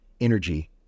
energy